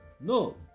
No